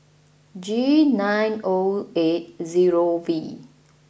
G nine O eight zero V